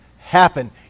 happen